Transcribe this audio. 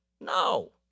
No